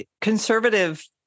conservative